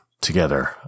together